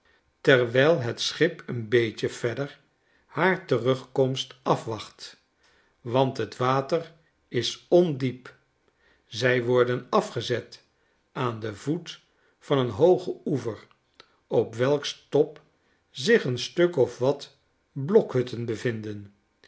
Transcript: terwijl het schip een beetje verder haar terugkomst afwacht want het water is ondiep zij worden afgezet aan den voet van een hoogen oever op welks top zich een stuk of wat blokhutten bevinden